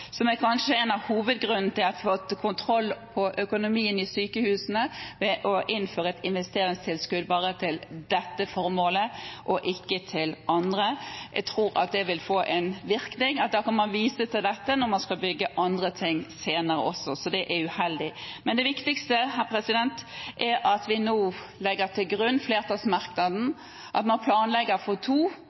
– som kanskje er en av hovedgrunnene til at en har fått kontroll over økonomien i sykehusene – ved å innføre et investeringstilskudd bare til dette formålet og ikke til andre. Jeg tror at det vil få den virkning at man da kan vise til dette når man skal bygge andre ting senere. Det er uheldig. Det viktigste er at vi nå legger til grunn flertallsmerknaden, at man planlegger for to,